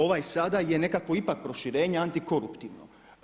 Ovaj sada je nekakvo ipak proširenje antikoruptivno.